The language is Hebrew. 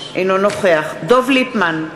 אינו נוכח דב ליפמן,